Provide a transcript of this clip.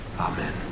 Amen